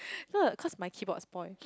no cause my keyboard spoil